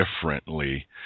differently